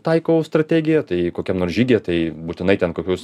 taikau strategiją tai kokiam nors žygyje tai būtinai ten kokius